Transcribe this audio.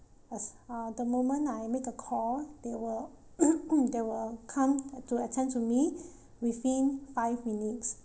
as uh the moment I make a call they will they will come to attend to me within five minutes